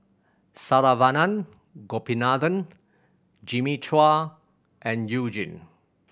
Saravanan Gopinathan Jimmy Chua and You Jin